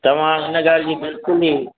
तव्हां इन ॻाल्हि जी बिल्कुल ई